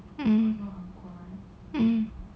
um um